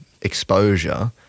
exposure